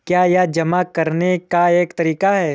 क्या यह जमा करने का एक तरीका है?